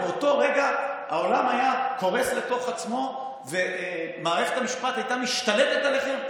באותו רגע העולם היה קורס לתוך עצמו ומערכת המשפט הייתה משתלטת עליכם?